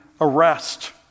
arrest